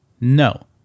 no